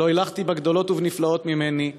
ולא הלכתי בגדלות ובנפלאות ממני'.